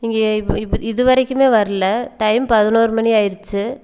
இங்கே இப்போ இப்போ இதுவரைக்குமே வர்லை டைம் பதினொரு மணி ஆகிடுச்சு